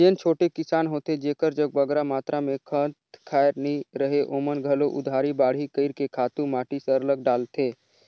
जेन छोटे किसान होथे जेकर जग बगरा मातरा में खंत खाएर नी रहें ओमन घलो उधारी बाड़ही कइर के खातू माटी सरलग डालथें